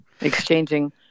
exchanging